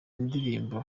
ndirimbo